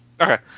okay